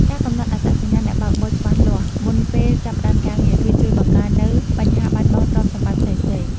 ការកំណត់អត្តសញ្ញាណអ្នកបើកបរច្បាស់លាស់មុនពេលចាប់ផ្ដើមការងារ គឺជួយបង្ការនូវបញ្ហាបាត់បង់ទ្រព្យសម្បត្តិផ្សេងៗ។